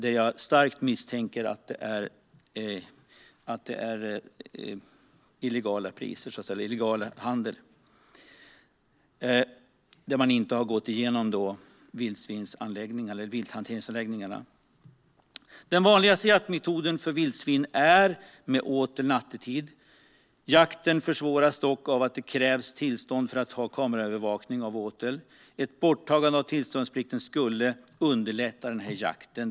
Jag misstänker starkt att det är illegal handel och att köttet inte gått via en vilthanteringsanläggning. Den vanligaste jaktmetoden för vildsvin är med åtel nattetid. Jakten försvåras dock av att det krävs tillstånd för att ha kameraövervakning av åteln. Ett borttagande av tillståndsplikten skulle underlätta jakten.